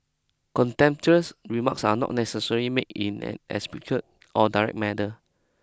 contemptuous remarks are not necessary made in an explicit or direct manner